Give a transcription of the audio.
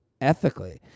Ethically